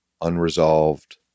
unresolved